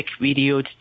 video